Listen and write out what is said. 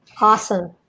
awesome